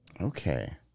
Okay